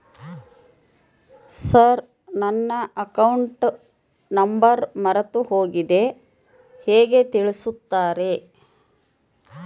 Sir ನನ್ನ account number ಮರೆತುಹೋಗಿದೆ ಹೇಗೆ ತಿಳಿಸುತ್ತಾರೆ?